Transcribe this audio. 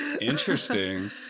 interesting